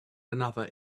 another